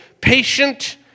patient